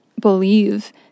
believe